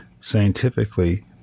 scientifically